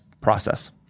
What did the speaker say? process